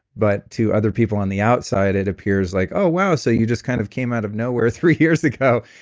but to other people on the outside, it appears like, oh wow, so you just kind of came out of nowhere three years ago.